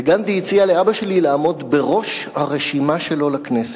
והציע לו לעמוד בראש הרשימה שלו לכנסת.